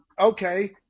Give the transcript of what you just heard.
okay